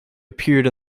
appeared